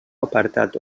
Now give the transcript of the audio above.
apartat